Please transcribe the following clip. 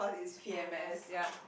is P_M_S ya